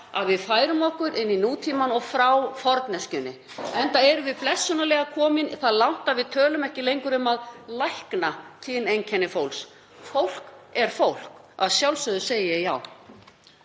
að við færum okkur inn í nútímann og frá forneskjunni, enda erum við blessunarlega komin það langt að við tölum ekki lengur um að lækna kyneinkenni fólks. Fólk er fólk. Að sjálfsögðu segi ég já.